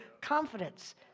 Confidence